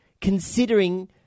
considering